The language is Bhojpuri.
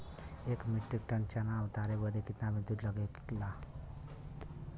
एक मीट्रिक टन चना उतारे बदे कितना मजदूरी लगे ला?